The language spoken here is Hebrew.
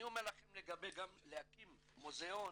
להקים מוזיאון